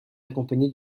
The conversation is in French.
accompagnée